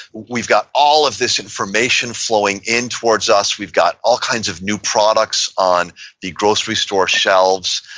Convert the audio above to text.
we've got all of this information flowing in towards us. we've got all kinds of new products on the grocery store shelves.